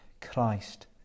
Christ